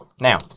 Now